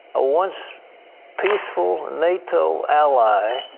a once peaceful nato ally,